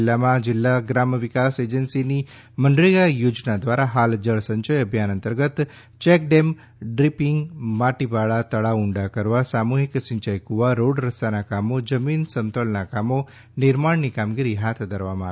જિલ્લામાં જિલ્લા ગ્રામ વિકાસ એજન્સીની મનરેગા યોજના દ્વારા હાલ જળસંચય અભિયાન અંતર્ગત ચેકડેમ ડિપનિંગ માટીપાળા તળાવ ઉંડા કરવા સામૂહિક સિંચાઈ ફૂવા રોડ રસ્તાના કામો જમીન સમતળના કામો નિર્માણની કામગીરી હાથ ધરવામાં આવી છે